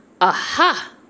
Aha